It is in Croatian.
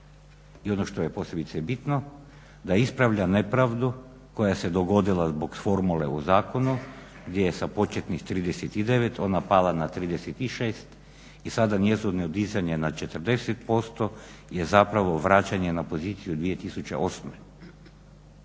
I ono što je posebice bitno, da ispravlja nepravdu koja se dogodila zbog formule u zakonu gdje je sa početnih 39 ona pala na 36 i sada njezino dizanje na 40% je zapravo vraćanje na poziciju 2008.